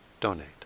donate